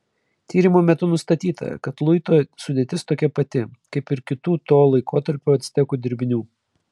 tyrimo metu nustatyta kad luito sudėtis tokia pati kaip ir kitų to laikotarpio actekų dirbinių